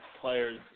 players